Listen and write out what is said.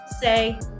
say